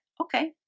okay